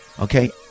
okay